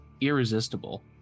irresistible